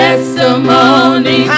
Testimony